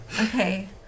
Okay